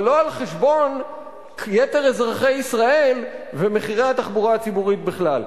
אבל לא על חשבון יתר אזרחי ישראל ומחירי התחבורה הציבורית בכלל.